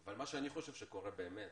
אבל מה שאני חושב שקורה באמת